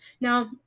Now